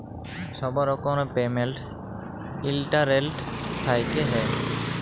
ছব রকমের payment internet থ্যাইকে হ্যয়